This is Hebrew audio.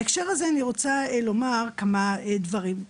בהקשר הזה אני רוצה לומר כמה דברים,